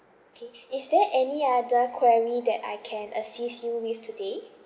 okay is there any other query that I can assist you with today